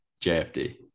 jfd